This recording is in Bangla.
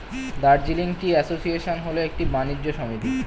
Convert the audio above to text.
দার্জিলিং টি অ্যাসোসিয়েশন হল একটি বাণিজ্য সমিতি